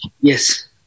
Yes